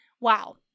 wow